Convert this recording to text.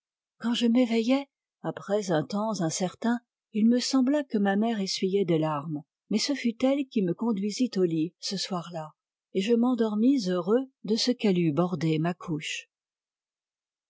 quand je m'éveillai après un temps incertain il me sembla que ma mère essuyait des larmes mais ce fut elle qui me conduisit au lit ce soir-là et je m'endormis heureux de ce qu'elle eût bordé ma couche